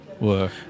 work